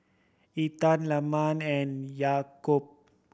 Intan Leman and Yaakob